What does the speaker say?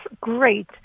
great